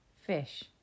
fish